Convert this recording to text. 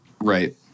Right